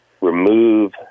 remove